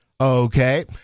okay